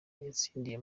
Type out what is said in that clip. yatsindiye